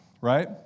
right